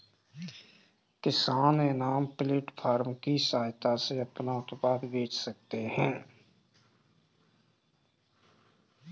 किसान eNAM platform की सहायता से अपना उत्पाद बेच सकते है